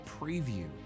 preview